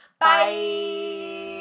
Bye